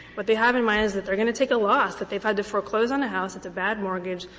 what they have in mind is that they're going to take a loss. if they've had to foreclose on a house, it's a bad mortgage,